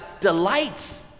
delights